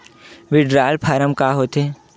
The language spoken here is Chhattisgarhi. विड्राल फारम का होथे?